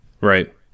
Right